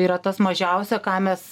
yra tas mažiausia ką mes